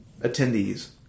attendees